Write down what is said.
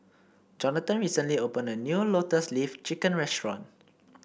Johnathon recently opened a new Lotus Leaf Chicken restaurant